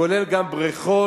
כולל גם בריכות